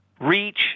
reach